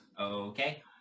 okay